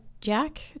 Jack